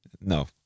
No